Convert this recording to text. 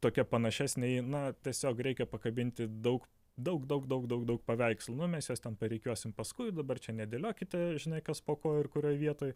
tokia panašesnė į na tiesiog reikia pakabinti daug daug daug daug daug daug paveikslų nu mes juos ten parikiuosim paskui dabar čia nedėliokite žinai kas po ko ir kurioj vietoj